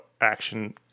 Action